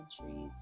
countries